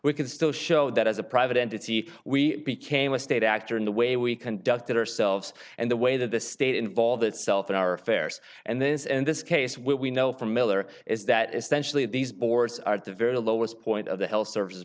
we can still show that as a private entity we became a state actor in the way we conducted ourselves and the way that the state involve itself in our affairs and this and this case what we know from miller is that essentially these boards are at the very lowest point of the health service